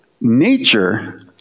nature